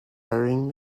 varying